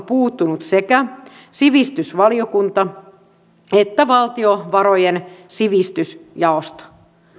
puuttuneet sekä sivistysvaliokunta että valtiovarojen sivistysjaosto